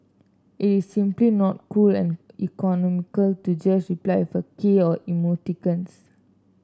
it is simply not cool and economical to just reply with a k or emoticons